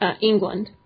England